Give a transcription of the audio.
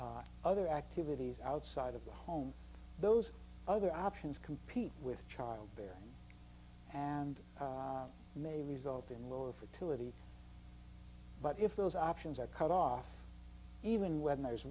other activities outside of the home those other options compete with childbearing and may result in lower fertility but if those options are cut off even when there